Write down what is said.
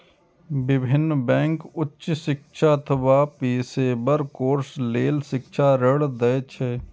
विभिन्न बैंक उच्च शिक्षा अथवा पेशेवर कोर्स लेल शिक्षा ऋण दै छै